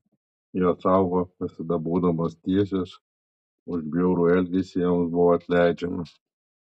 jos augo visada būdamos teisios už bjaurų elgesį joms buvo atleidžiama